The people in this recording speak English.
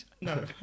No